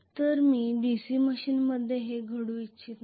तर मी DC मशीनमध्ये हे घडवू इच्छित नाही